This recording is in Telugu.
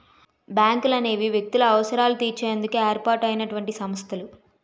బ్యాంకులనేవి వ్యక్తుల అవసరాలు తీర్చేందుకు ఏర్పాటు అయినటువంటి సంస్థలు